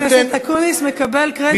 חבר הכנסת אקוניס מקבל קרדיט שזה החוק שלו.